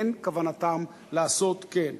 אין כוונתם לעשות כן.